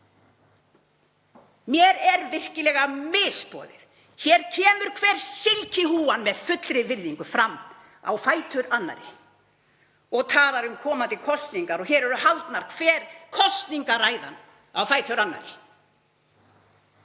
Mér er virkilega misboðið. Hér kemur hver silkihúfan, með fullri virðingu, fram á fætur annarri og talar um komandi kosningar og hér er haldin hver kosningaræðan á fætur annarri.